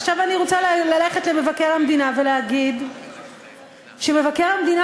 עכשיו אני רוצה ללכת למבקר המדינה ולהגיד שמבקר המדינה